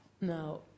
Now